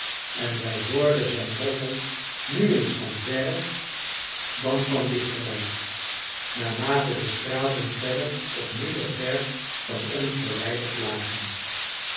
en wij hoorden zijn roffel nu eens van verre dan van dichterbij naarmate de straten verder of minder ver van ons verwijderd lagen